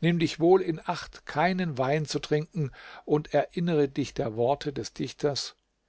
nimm dich wohl in acht keinen wein zu trinken und erinnere dich der worte des dichters